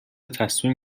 تصمیم